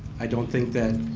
i don't think that